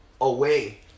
away